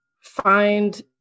find